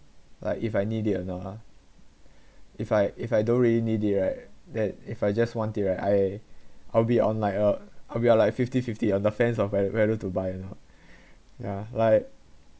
like if I need it or not ah if I if I don't really need it right that if I just want it right I I'll be on like a I'll be like fifty fifty on the fence of whe~ whether to buy or not yeah like